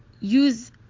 use